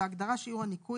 בהגדרה "שיעור הניכוי",